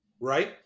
right